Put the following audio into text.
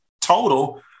total